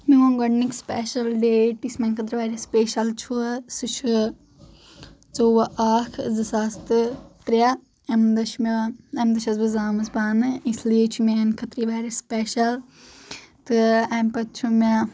میوُن گۄڈِنیُک special date یُس میانہِ خٲطرٕ واریاہ سُپیشل چھُ سُہ چھےٚ ژۄوُہ اکھ زٕ ساس تہٕ ترٛےٚ امہِ دۄہ چھِ مےٚ امہِ دۄہ چھس بہٕ زامژ پانہٕ اس لیے چھ میانہِ خٲطرٕ یہِ واریاہ سُپیشل تہٕ امہِ پتہٕ چھُ مےٚ